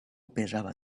pesava